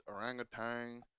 orangutan